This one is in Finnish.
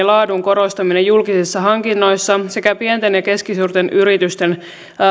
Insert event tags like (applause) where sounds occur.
(unintelligible) laadun korostaminen julkisissa hankinnoissa sekä pienten ja keskisuurten yritysten